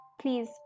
Please